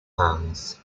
hands